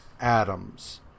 atoms